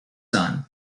son